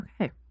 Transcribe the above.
Okay